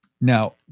now